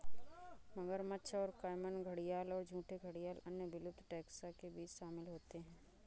मगरमच्छ और कैमन घड़ियाल और झूठे घड़ियाल अन्य विलुप्त टैक्सा के बीच शामिल होते हैं